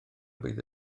bydd